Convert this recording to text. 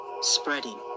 spreading